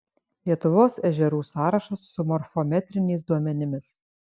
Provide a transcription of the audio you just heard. lietuvos ežerų sąrašas su morfometriniais duomenimis